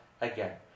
again